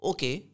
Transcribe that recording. Okay